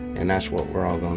and that's what we're all ganna